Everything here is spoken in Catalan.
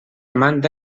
manta